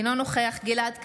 אינו נוכח גלעד קריב,